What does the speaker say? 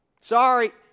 Sorry